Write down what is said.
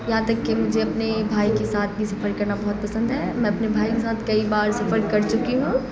یہاں تک کہ مجھے اپنے بھائی کے ساتھ ہی سفر کرنا بہت پسند ہے میں اپنے بھائی کے ساتھ کئی بار سفر کر چکی ہوں